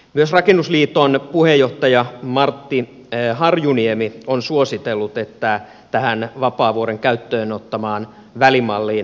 myös rakennusliiton puheenjohtaja matti harjuniemi on suositellut että tähän vapaavuoren käyttöönottamaan välimalliin palattaisiin